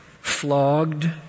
flogged